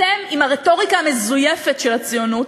אתם, עם הרטוריקה המזויפת של הציונות,